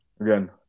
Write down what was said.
again